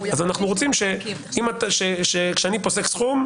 אנחנו רוצים שכאשר אני פוסק סכום,